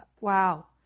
wow